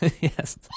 Yes